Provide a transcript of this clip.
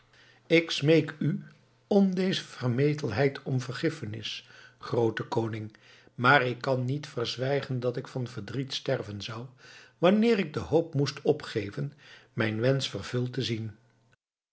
ik smeek u om deze vermetelheid om vergiffenis groote koning maar ik kan niet verzwijgen dat ik van verdriet sterven zou wanneer ik de hoop moest opgeven mijn wensch vervuld te zien